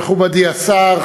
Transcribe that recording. מכובדי השר,